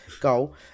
Goal